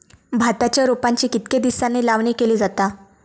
भाताच्या रोपांची कितके दिसांनी लावणी केली जाता?